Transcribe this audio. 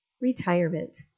Retirement